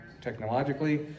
technologically